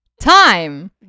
Time